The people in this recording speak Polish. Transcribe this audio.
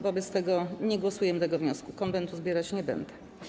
Wobec tego nie głosujemy nad tym wnioskiem, Konwentu zbierać nie będę.